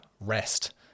rest